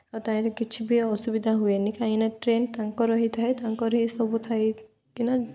ଆଉ ତାହିଁରେ କିଛି ବି ଅସୁବିଧା ହୁଏନି କାହିଁକିନା ଟ୍ରେନ୍ ତାଙ୍କର ହୋଇଥାଏ ତାଙ୍କର ହିଁ ସବୁ ଥାଇକିନା